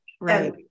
Right